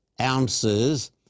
ounces